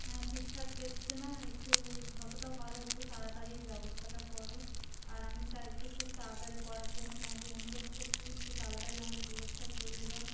হ্যাঁ ঠিকঠাক দেখছে না একটু যতটা পারো একটু তাড়াতাড়ি ব্যবস্থাটা করো আর আমি চাই একটু খুব তাড়াতাড়ি করার জন্য তোমাকে অনুরোধ করছি একটু তাড়াতাড়ি আমাদের ডিভোর্সটা করিয়ে দাও